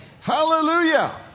Hallelujah